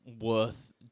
worth